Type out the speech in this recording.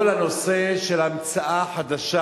כל הנושא של המצאה חדשה